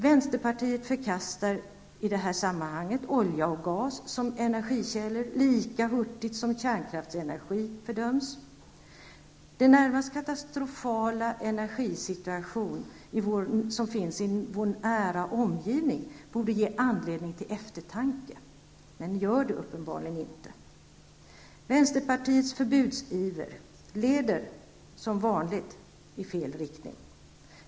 Vänsterpartiet förkastar i detta sammanhang olja och gas som energikällor lika hurtigt som partiet fördömer kärnkraftsenergin. Den närmast katastrofala energisituationen i vår nära omgivning borde ge anledning till eftertanke, men det gör den uppenbarligen inte. Vänsterpartiets förbudsiver leder som vanligt i fel riktning.